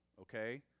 okay